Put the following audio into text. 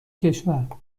کشور